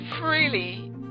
freely